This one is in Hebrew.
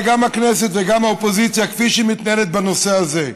גם הכנסת וגם האופוזיציה כפי שהיא מתנהלת בנושא הזה.